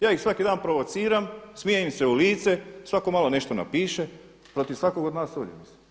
Ja ih svaki dan provociram, smijem im se u lice, svako malo nešto napiše, protiv svakog od nas ovdje.